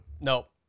Nope